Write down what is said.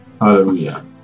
Hallelujah